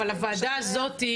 אבל הוועדה הזאת,